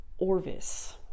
orvis